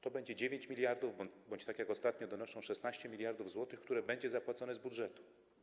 To będzie 9 mld bądź, tak jak ostatnio donoszą, 16 mld zł, które będzie zapłacone z budżetu.